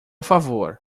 favor